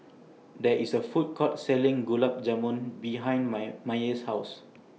There IS A Food Court Selling Gulab Jamun behind May Maye's House